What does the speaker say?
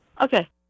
Okay